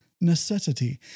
Necessity